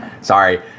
Sorry